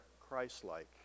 Christ-like